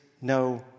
no